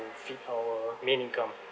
feed our main income